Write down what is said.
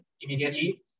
immediately